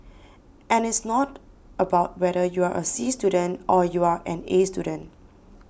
and it's not about whether you are a C student or you're an A student